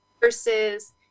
versus